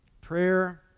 Prayer